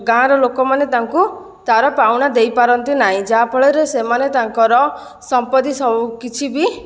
ଗାଁର ଲୋକମାନେ ତାଙ୍କୁ ତାର ପାଉଣା ଦେଇପାରନ୍ତି ନାହିଁ ଯାହା ଫଳରେ ସେମାନେ ତାଙ୍କର ସମ୍ପତ୍ତି ସ କିଛି ବି